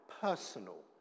personal